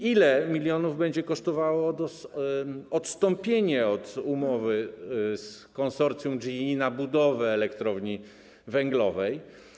Ile milionów będzie kosztowało odstąpienie od umowy z konsorcjum GE na budowę elektrowni węglowej?